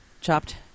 Chopped